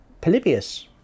Polybius